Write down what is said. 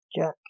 Jack